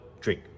Drink